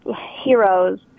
heroes